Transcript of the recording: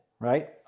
right